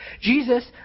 Jesus